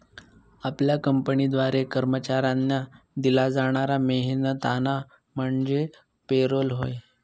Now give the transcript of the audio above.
आपल्या कंपनीद्वारे कर्मचाऱ्यांना दिला जाणारा मेहनताना म्हणजे पे रोल होय